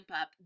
up